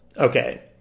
Okay